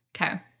okay